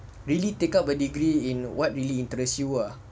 really take up a degree in what really interest you ah